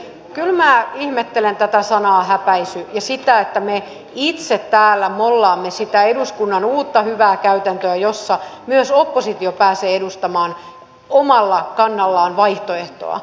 kyllä minä ihmettelen tätä sanaa häpäisy ja sitä että me itse täällä mollaamme sitä eduskunnan uutta hyvää käytäntöä jossa myös oppositio pääsee edustamaan omalla kannallaan vaihtoehtoa